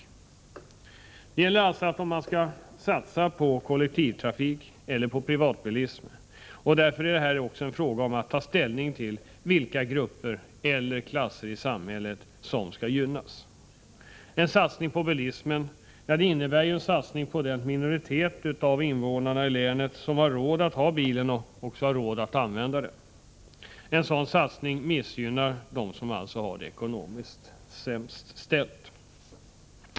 Frågan gäller alltså om man skall satsa på kollektivtrafik eller privatbilism. Därför är det också fråga om att ta ställning till vilka grupper eller klasser i samhället som skall gynnas. En satsning på bilismen innebär en satsning på den minoritet av länets invånare som har råd att ha bil och har råd att använda den. En sådan satsning missgynnar alltså dem som har det ekonomiskt sämst ställt.